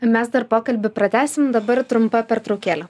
mes dar pokalbį pratęsim dabar trumpa pertraukėlė